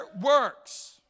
works